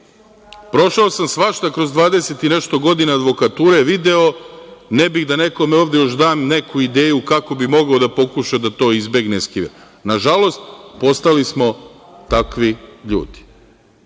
sam svašta kroz 20 i nešto godina advokature, video. Ne bih da nekome ovde još dam neku ideju kako bi mogao da pokuša da to izbegne i eskivira. Nažalost, postali smo takvi ljudi. Zato